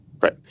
Right